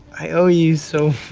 i owe you so